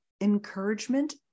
encouragement